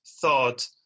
thought